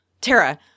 Tara